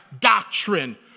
doctrine